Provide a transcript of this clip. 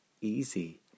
easy